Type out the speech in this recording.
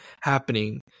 happening